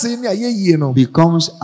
becomes